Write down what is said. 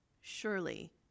surely